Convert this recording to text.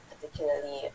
particularly